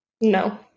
No